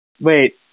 Wait